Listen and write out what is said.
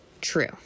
true